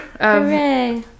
Hooray